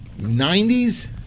90s